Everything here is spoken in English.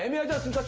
i mean he doesn't